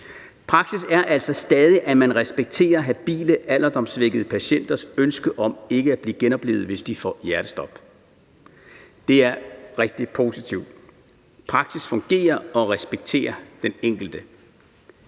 Praksis er altså stadig, at man respekterer habile alderdomssvækkede patienters ønske om ikke at blive genoplivet, hvis de får hjertestop. Det er rigtig positivt. Praksis fungerer og respekterer den enkelte.